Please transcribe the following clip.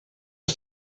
ist